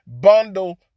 bundle